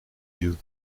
yeux